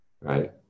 right